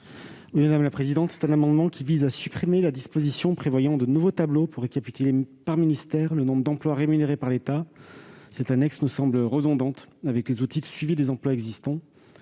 à M. le ministre délégué. L'amendement vise à supprimer la disposition prévoyant de nouveaux tableaux pour récapituler, par ministère, le nombre d'emplois rémunérés par l'État. En effet, cette annexe semble redondante avec les outils de suivi des emplois existants.